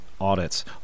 audits